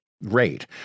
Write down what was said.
rate